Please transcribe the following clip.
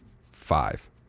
five